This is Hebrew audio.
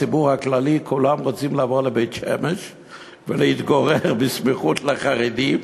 בציבור הכללי כולם רוצים לעבור לבית-שמש ולהתגורר בסמיכות לחרדים.